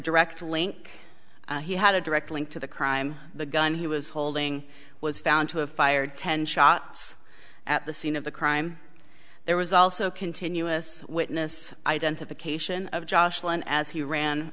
direct link he had a direct link to the crime the gun he was holding was found to have fired ten shots at the scene of the crime there was also continuous witness identification of josh one as he ran